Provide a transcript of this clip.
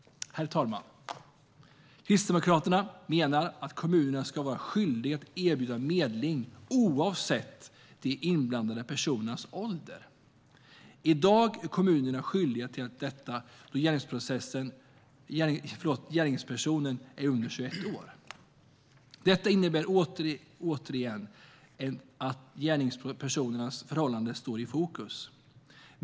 Herr talman! Kristdemokraterna menar att kommunerna ska vara skyldiga att erbjuda medling oavsett de inblandade personernas ålder. I dag är kommunerna skyldiga till detta då gärningspersonen är under 21 år. Detta innebär återigen att gärningspersonernas förhållanden står i fokus.